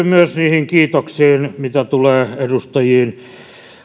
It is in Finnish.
myös yhdyn niihin kiitoksiin mitä tulee edustajiin